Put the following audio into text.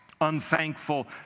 unthankful